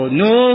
no